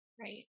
Right